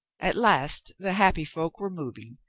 at last the happy folk were moving.